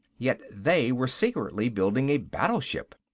yet they were secretly building a battleship.